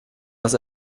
aus